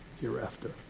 hereafter